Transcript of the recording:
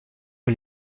que